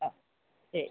ആ ശരി